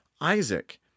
Isaac